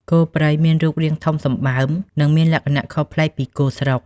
គោព្រៃមានរូបរាងធំសម្បើម និងមានលក្ខណៈខុសប្លែកពីគោស្រុក។